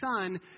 son